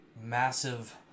massive